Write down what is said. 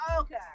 okay